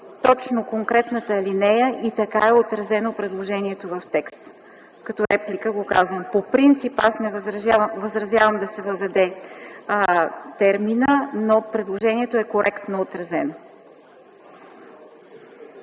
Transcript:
точно конкретната алинея. И така е отразено предложението в текста. Казвам го като реплика. По принцип не възразявам да се въведе терминът, но предложението е коректно отразено.